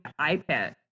iPad